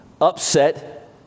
upset